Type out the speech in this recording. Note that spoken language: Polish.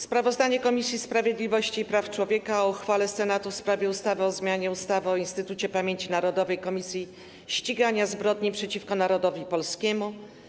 Sprawozdanie Komisji Sprawiedliwości i Praw Człowieka o uchwale Senatu w sprawie ustawy o zmianie ustawy o Instytucie Pamięci Narodowej - Komisji Ścigania Zbrodni przeciwko Narodowi Polskiemu.